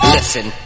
Listen